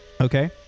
Okay